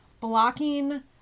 blocking